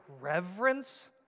reverence